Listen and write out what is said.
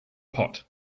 pot